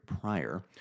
prior